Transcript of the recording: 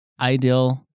ideal